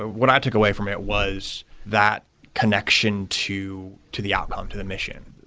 what i took away from it was that connection to to the outbound, to the mission,